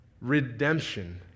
redemption